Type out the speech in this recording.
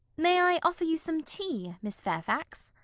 may i offer you some tea, miss fairfax?